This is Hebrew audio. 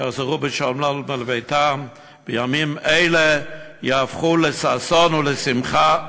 יחזרו בשלום לביתם, וימים אלה יהפכו לששון ולשמחה.